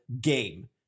game